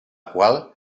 qual